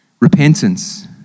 repentance